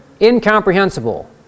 incomprehensible